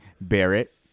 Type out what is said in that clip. Barrett